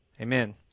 Amen